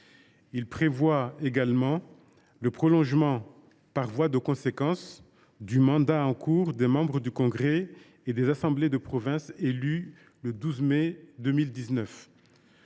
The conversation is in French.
Il prévoit également le prolongement, par voie de conséquence, du mandat en cours des membres du congrès et des assemblées de province élus le 12 mai 2019.